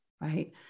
right